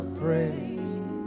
praise